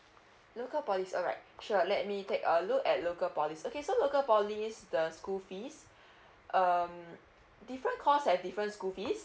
local poly alright sure let me take a look at local poly okay so local poly the school fees um different course have different school fees